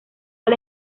del